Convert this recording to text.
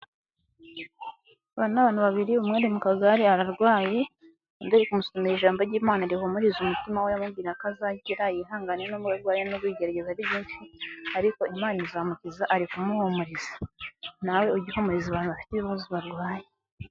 Aba ni abantu babiri, umwe ari mu kagare ararwaye, undi ari kumusomera ijambo ry'Imana rihumuriza umutima we, amubwira ko azakira, yihangane n'ubwo arwaye n'ubwo ibigeragezo ari byinshi, ariko Imana izamukiza, ari kumuhumuriza, nawe ujye uhumuriza abantu bafite ibibazo barwaye.